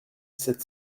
sept